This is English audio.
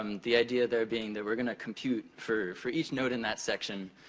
um the idea, there, being that we're gonna compute, for for each note in that section,